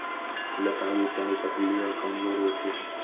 लता के तने पतले और कमजोर होते हैं